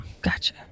Gotcha